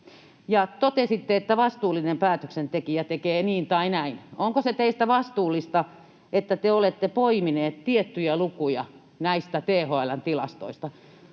ja totesitte, että vastuullinen päätöksentekijä tekee niin tai näin. Onko se teistä vastuullista, että te olette poiminut tiettyjä lukuja näistä THL:n tilastoista?